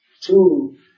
two